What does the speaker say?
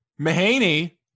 Mahaney